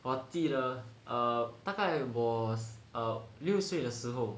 我记得我 err 大概我六岁的时候